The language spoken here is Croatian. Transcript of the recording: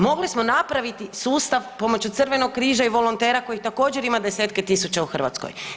Mogli smo napraviti sustav pomoću Crvenog križa i volontera kojih također ima desetke tisuća u Hrvatskoj.